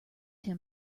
him